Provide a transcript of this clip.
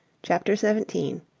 chapter xvii.